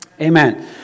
Amen